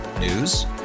News